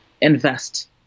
invest